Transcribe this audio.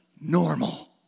normal